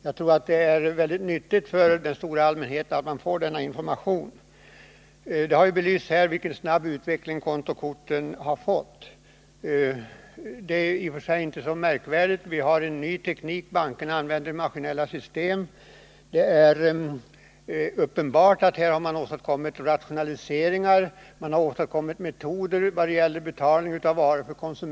Jag tror att det är väldigt bra att den stora allmänheten får denna information. Det har belysts här vilken snabb utveckling kontokorten har fått. Det är i och för sig inte så märkvärdigt. Det finns en ny teknik. Bankerna använder maskinella system som gynnar kortsystemet. Det är uppenbart att man 121 åstadkommit rationaliseringar och metoder som konsumenterna uppskattar när det gäller betalning av varor.